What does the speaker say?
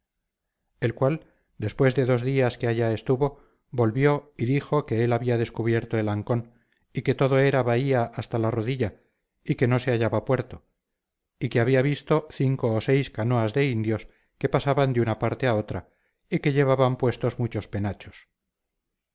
el cual después de dos días que allá estuvo volvió y dijo que él había descubierto el ancón y que todo era bahía baja hasta la rodilla y que no se hallaba puerto y que había visto cinco o seis canoas de indios que pasaban de una parte a otra y que llevaban puestos muchos penachos